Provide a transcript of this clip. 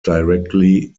directly